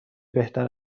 بهتر